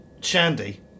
Shandy